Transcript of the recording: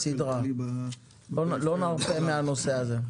זה ראשון בסדר, לא נרפה מהנושא הזה.